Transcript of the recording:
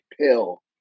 pill